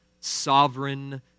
sovereign